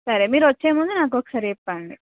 సరే మీరు వచ్చే ముందు నాకు ఒకసారి చెప్పండి